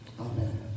Amen